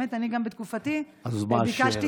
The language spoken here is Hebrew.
אני גם בתקופתי ביקשתי, אז מה השאלה?